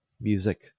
music